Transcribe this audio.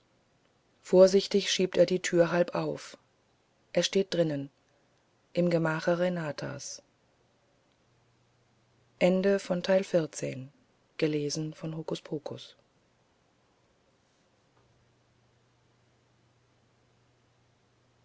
vorsichtig schiebt er die türe halb auf er steht drinnen im gemache renatas